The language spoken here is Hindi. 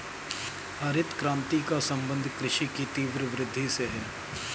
हरित क्रान्ति का सम्बन्ध कृषि की तीव्र वृद्धि से है